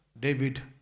David